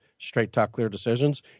straighttalkcleardecisions